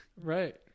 Right